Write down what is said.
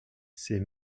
ces